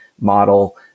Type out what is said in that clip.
model